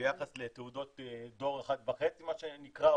ביחס לתעודות דור 1.5 מה שנקרא,